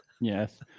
Yes